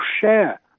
share